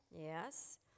Yes